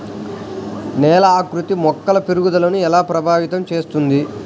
నేల ఆకృతి మొక్కల పెరుగుదలను ఎలా ప్రభావితం చేస్తుంది?